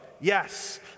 Yes